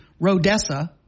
rodessa